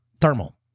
Thermal